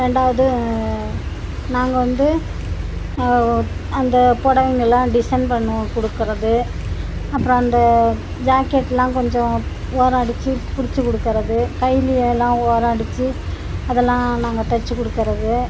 ரெண்டாவது நாங்கள் வந்து அந்த புடவைங்கெல்லாம் டிசைன் பண்ணுவோம் கொடுக்கறது அப்புறம் அந்த ஜாக்கெட்லாம் கொஞ்சம் ஓரம் அடித்து பிடிச்சி கொடுக்கறது கைலியெல்லாம் ஓரம் அடித்து அதெல்லாம் நாங்கள் தைச்சிக் கொடுக்கறது